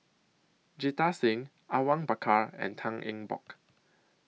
Jita Singh Awang Bakar and Tan Eng Bock